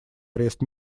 арест